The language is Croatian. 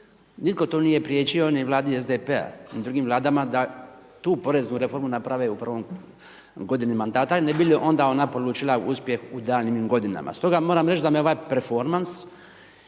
nitko tu nije priječio ni vladi SDP-a, ni drugim vladama da tu poreznu reformu naprave u prvoj godini mandata ne bi li onda ona polučila uspjeh u daljnjim godinama. Stoga moram reći da me ovaj performans